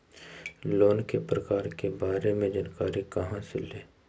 Loan के प्रकार के बारे मे जानकारी कहा से ले?